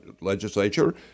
legislature